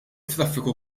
traffiku